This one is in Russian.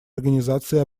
организации